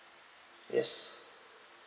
yes